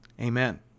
Amen